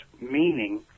meaning